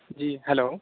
جی hello